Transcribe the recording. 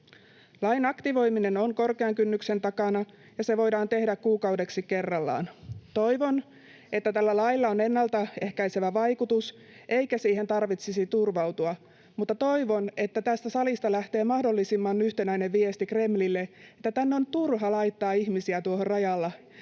Lain aktivoiminen on korkean kynnyksen takana, ja se voidaan tehdä kuukaudeksi kerrallaan. Toivon, että tällä lailla on ennaltaehkäisevä vaikutus eikä siihen tarvitsisi turvautua, mutta toivon, että tästä salista lähtee mahdollisimman yhtenäinen viesti Kremlille, että tänne on turha laittaa ihmisiä rajalle